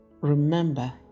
remember